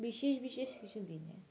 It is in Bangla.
বিশেষ বিশেষ কিছু দিনে